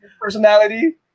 personality